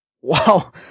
wow